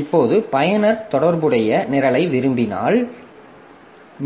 இப்போது பயனர் தொடர்புடைய நிரலை விரும்பினால்